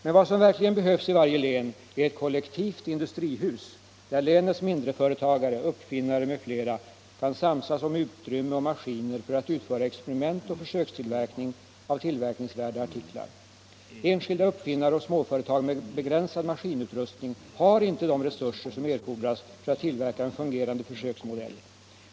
Men vad som verkligen behövs i varje län är ett kollektivt industrihus där länets mindreföretagare, uppfinnare m.fl. kan samsas om utrymme och maskiner för att utföra experiment och försökstillverkning av tillverkningsvärda artiklar. Enskilda uppfinnare och småföretag med begränsad maskinutrustning har inte de resurser som erfordras för att tillverka en fungerande försöksmodell.